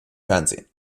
fernsehen